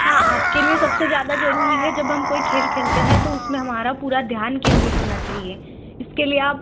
हाँ आपके लिए सबसे ज़्यादा ज़रूरी है जब हम कोई खेल खेलते हैं तो उसमें हमारा पूरा ध्यान केंद्रित होना चाहिए इसके लिए आप